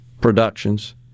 productions